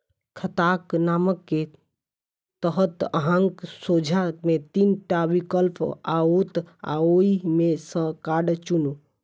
खाताक नाम के तहत अहांक सोझां मे तीन टा विकल्प आओत, ओइ मे सं कार्ड चुनू